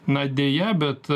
na deja bet